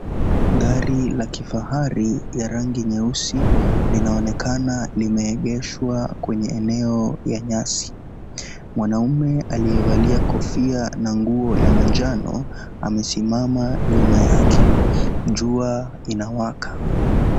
Gari la kifahari ya rangi nyeusi linaonekana limeegezwa kwenye eneo ya nyasi. Mwanaume aliyevalia kofia na nguo ya manjano amesimama nyuma yake. Jua inawaka.